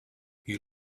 you